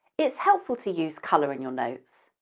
it's helpful to use colour in your notes,